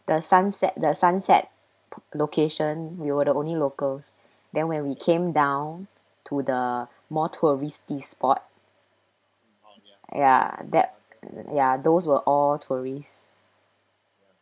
the sunset the sunset location we were the only locals then when we came down to the more touristic spot ya that ya those were all tourists